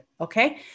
okay